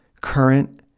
current